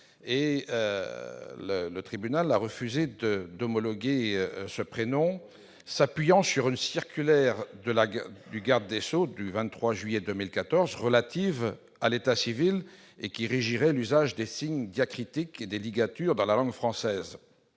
Le tribunal a refusé d'homologuer ce prénom, s'appuyant sur une circulaire de la garde des sceaux du 23 juillet 2014 relative à l'état civil, qui régirait l'usage des signes diacritiques et des ligatures dans la langue française.